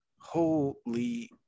holy